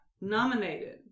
nominated